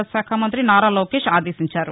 రాజ్ శాఖ మంతి నారా లోకేష్ ఆదేశించారు